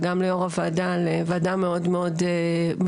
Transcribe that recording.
וגם ליו"ר הוועדה על ועדה מאוד מאוד משמעותית,